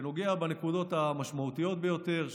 שנוגע לנקודות המשמעותיות ביותר,